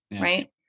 right